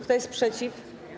Kto jest przeciw?